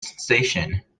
station